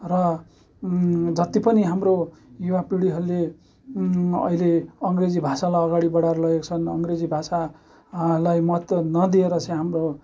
र जत्ति पनि हाम्रो युवापिँढीहरूले अहिले अङ्ग्रेजी भाषालाई अगाडि बढाएर लगेका छन् अङ्ग्रेजी भाषा लाई महत्त्व नदिएर चाहिँ हाम्रो